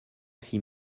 six